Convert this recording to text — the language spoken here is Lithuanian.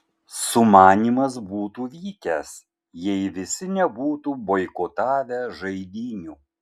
sumanymas būtų vykęs jei visi nebūtų boikotavę žaidynių